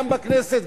גם בכנסת,